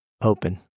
Open